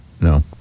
No